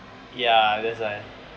ya that's why